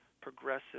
progressive